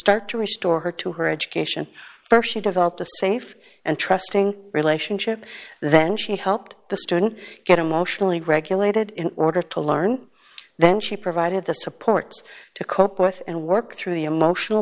start to restore her to her education st she developed a safe and trusting relationship then she helped the student get emotionally regulated in order to learn then she provided the supports to cope with and work through the emotional